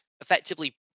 effectively